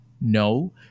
No